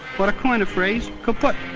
but coin a phrase, kaput.